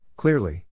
clearly